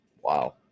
Wow